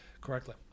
correctly